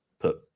put